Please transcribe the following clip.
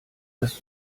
dass